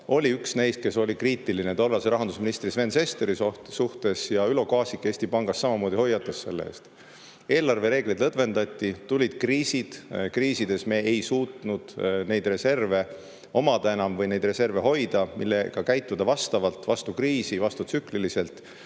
oli üks neist, kes oli kriitiline tollase rahandusministri Sven Sesteri suhtes. Ülo Kaasik Eesti Pangast samamoodi hoiatas selle eest. Eelarvereegleid lõdvendati, tulid kriisid ning kriisides me ei suutnud enam neid reserve hoida, millega käituda vastavalt kriisile vastutsükliliselt,